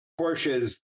Porsche's